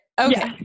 Okay